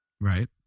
Right